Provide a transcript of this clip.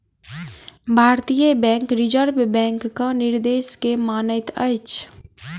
भारतीय bank reserve बैंकक निर्देश के मानैत अछि